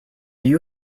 you